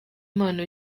impano